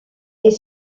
est